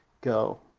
go